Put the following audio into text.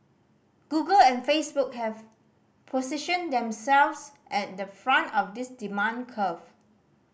Google and Facebook have positioned themselves at the front of this demand curve